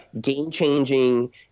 game-changing